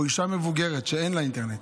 או אישה מבוגרת שאין לה אינטרנט.